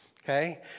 Okay